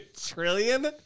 trillion